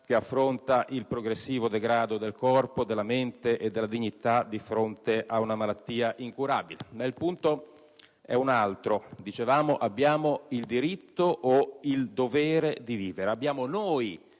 che affronta il progressivo degrado del corpo, della mente e della dignità di fronte a una malattia incurabile. Ma il punto è un altro, dicevamo. Abbiamo il diritto o il dovere di vivere? Abbiamo noi